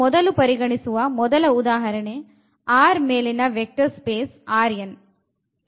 ನಾವು ಮೊದಲು ಪರಿಗಣಿಸುವ ಮೊದಲ ಉದಾಹರಣೆ R ಮೇಲಿನ ವೆಕ್ಟರ್ ಸ್ಪೇಸ್ Rn